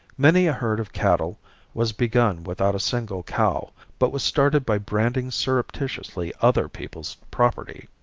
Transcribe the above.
many a herd of cattle was begun without a single cow, but was started by branding surreptitiously other people's property.